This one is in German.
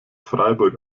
freiburg